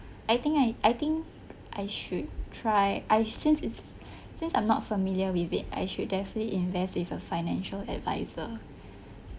I think I I think I should try I since it's since I'm not familiar with it I should definitely invest with a financial adviser